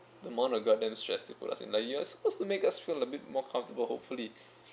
the amount of goddamn stress they put us in like you're supposed to make us feel a bit more comfortable hopefully